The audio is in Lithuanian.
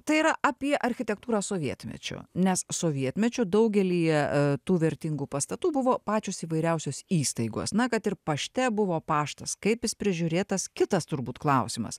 tai yra apie architektūrą sovietmečiu nes sovietmečiu daugelyje tų vertingų pastatų buvo pačios įvairiausios įstaigos na kad ir pašte buvo paštas kaip jis prižiūrėtas kitas turbūt klausimas